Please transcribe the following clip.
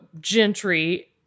gentry